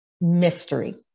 mystery